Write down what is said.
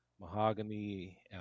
Mahogany